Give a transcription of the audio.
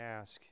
ask